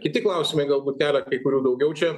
kiti klausimai galbūt kelia kai kurių daugiau čia